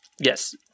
Yes